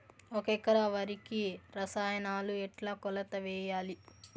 ఒక ఎకరా వరికి రసాయనాలు ఎట్లా కొలత వేయాలి?